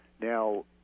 Now